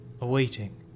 awaiting